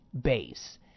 base